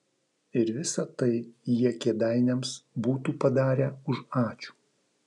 ir visa tai jie kėdainiams būtų padarę už ačiū